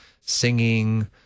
singing